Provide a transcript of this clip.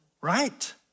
Right